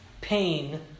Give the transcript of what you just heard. pain